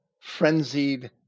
frenzied